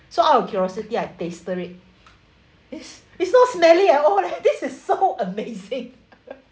so out of curiosity I tasted it it's it's not smelly at all leh I this is so amazing